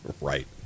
Right